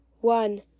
one